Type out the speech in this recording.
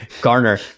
Garner